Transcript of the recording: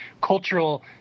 cultural